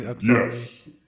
Yes